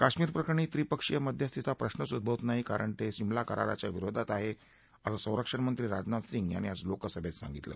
काश्मिर प्रकरणी त्रिपक्षीय मध्यस्थीचा प्रश्नच उद्भवत नाही कारण ते शिमला कराराच्या विरोधात आहे असं संरक्षणमंत्री राजनाथ सिंह यांनी आज लोकसभेत सांगितलं